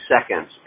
seconds